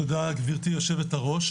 תודה גברתי יושבת הראש.